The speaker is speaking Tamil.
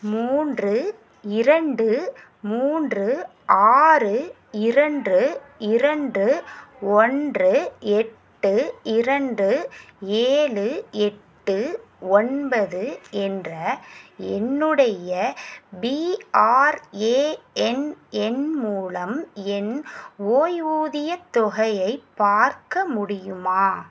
மூன்று இரண்டு மூன்று ஆறு இரண்டு இரண்டு ஒன்று எட்டு இரண்டு ஏழு எட்டு ஒன்பது என்ற என்னுடைய பிஆர்ஏஎன் எண் மூலம் என் ஓய்வூதியத் தொகையை பார்க்க முடியுமா